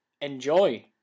Enjoy